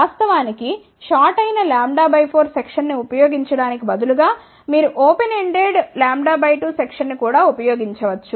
వాస్తవానికిషాట్ అయిన λ 4 సెక్షన్ ని ఉపయోగించటానికి బదులుగా మీరు ఓపెన్ ఎండెడ్ λ 2 సెక్షన్ ని కూడా ఉపయోగించవచ్చు